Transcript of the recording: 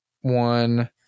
one